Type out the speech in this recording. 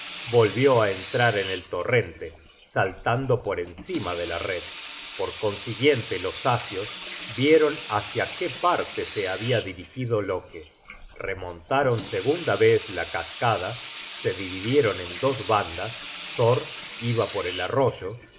volvió á entrar en el torrente saltando por encima de la red por consiguiente los asios vieron hácia qué parte se habia dirigido loke remontaron segunda vez la cascada se dividieron en dos bandas thor iba por el arroyo y se adelantaron así hácia el